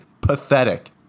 pathetic